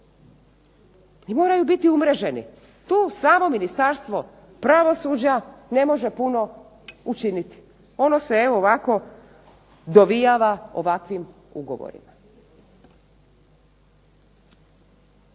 i moraju biti umreženi. Tu samo Ministarstvo pravosuđa ne može puno napraviti, ono se evo ovako dovijava ovakvim ugovorima.